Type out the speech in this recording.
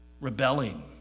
rebelling